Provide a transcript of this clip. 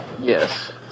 Yes